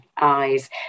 eyes